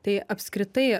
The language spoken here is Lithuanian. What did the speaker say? tai apskritai